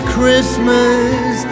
Christmas